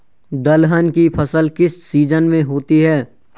दलहन की फसल किस सीजन में होती है?